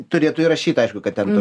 turėtų įrašyt aišku kad ten to